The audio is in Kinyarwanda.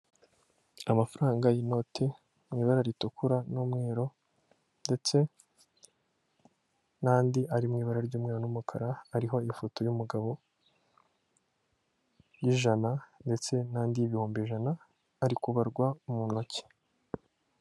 Amafaranga y'inoti mu ibara ritukura n'umweru, ndetse n'andi ari mu ibara ry'umweru n'umukara ariho ifoto y'umugabo y'ijana ndetse n'andi y'ibihumbi ijana ari kubarwa mu ntoki.